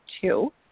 two